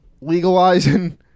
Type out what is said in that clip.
legalizing